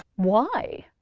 why?